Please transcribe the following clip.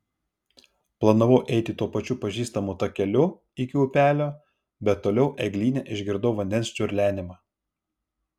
planavau eiti tuo pačiu pažįstamu takeliu iki upelio bet toliau eglyne išgirdau vandens čiurlenimą